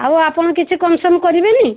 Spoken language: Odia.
ଆଉ ଆପଣ କିଛି କମିସନ୍ କରିବେନି